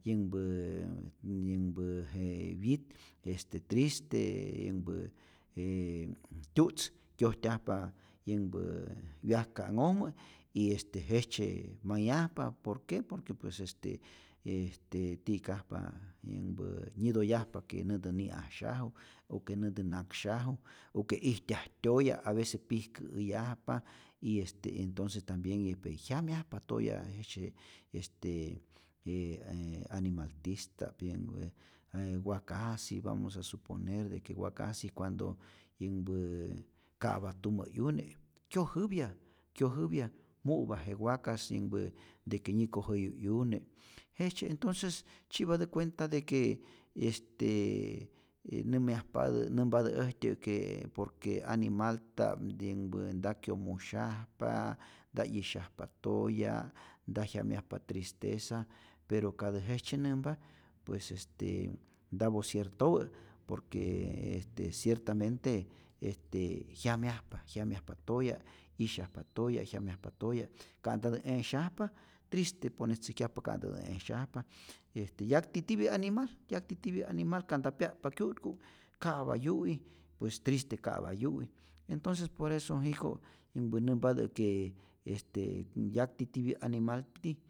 Yänhpäää yänhpä je wyit este triste, yänhpä je tyu'tz kyojtyajpa yänhpä wyajka'nhojmä y este jejtzye mayajpa por que por que pues este este ti'kajpa yänhpä nyätoyajpa que näntä ni'asyaju o que näntä naksyaju u que ijtyaj tyoya' avece pijkä'äyajpa y este entonce tambien este jyamyajpa toya' jejtzye este je je animaltista'p, yänhpä e wakajsi vamos a suponer de que wakajsi, cuando yänhpä ka'pa tumä 'yune kyojäpya, kyojäpya, mu'pä je wakajs yänhpä de que nyä kojäyu 'yune, jejtzye entonces tzyi'patä cuenta de que este nämyajpatä nämpatä äjtyä que por que animalta'p yänhpä nta kyomusyajpa, nta 'yisyajpa toya', nta jyamyajpa tristeza, pero katä jejtzye nämpa, pues este ntapo ciertopä por que este ciertamente este jyamyjapa, jyamyajpa toya', 'yisyajpa toya, jyamyajpa toya', ka'ntatä e'syajpa triste ponetzäjkyajpa ka'ntatä e'syajpa, este yakti tipä animal, yakti tipyä animal ka'nta pya'tpa kyu'tku ka'pa yu'i, pues triste ka'pa yu'i, entonces por eso jiko' yänhpä nämpatä que este yakti'tipyä animal ti